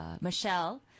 Michelle